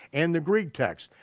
and the greek text.